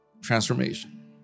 Transformation